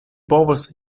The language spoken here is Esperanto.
povos